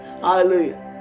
Hallelujah